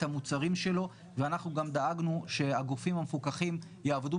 המוצרים שלו ואנחנו גם דאגנו שהגופים המפוקחים יעבדו